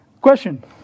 Question